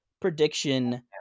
prediction